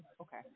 Okay